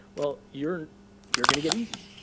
well, you're you're going to get eaten.